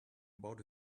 about